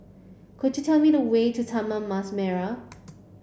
could you tell me the way to Taman Mas Merah